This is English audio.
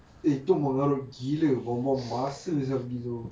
eh tu mengarut gila buang buang masa saya pergi tu